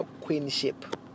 queenship